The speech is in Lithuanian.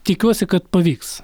tikiuosi kad pavyks